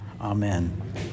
Amen